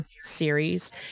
series